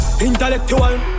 Intellectual